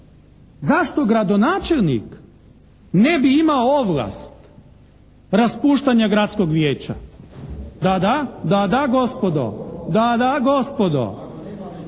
Zašto gradonačelnik ne bi imao ovlast raspuštanja gradskog vijeća? Da, da gospodo!